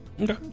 Okay